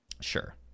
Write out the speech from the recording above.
sure